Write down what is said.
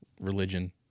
religion